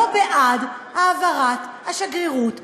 לא בעד העברת השגרירות לירושלים?